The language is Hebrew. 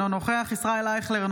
אינו נוכח ישראל אייכלר,